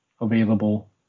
available